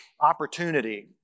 opportunity